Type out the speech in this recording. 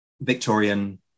Victorian